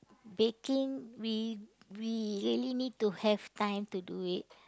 baking we we really need to have time to do it